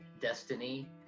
destiny